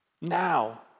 Now